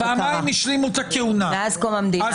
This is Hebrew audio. פעמיים השלימו את הכהונה מאז קום המדינה.